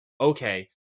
okay